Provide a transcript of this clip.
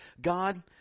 God